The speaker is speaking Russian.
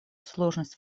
сложность